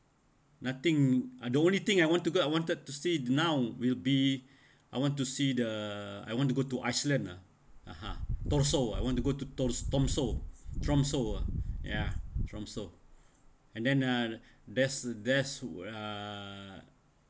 nothing ah the only thing I want to go I wanted to see it now will be I want to see the I want to go to iceland ah (uh huh) torso ah I want to go to thors~ tromso tromso ah ya tromso and then uh there's there's uh